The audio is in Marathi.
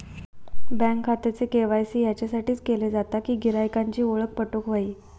बँक खात्याचे के.वाय.सी याच्यासाठीच केले जाता कि गिरायकांची ओळख पटोक व्हयी